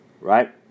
right